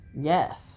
Yes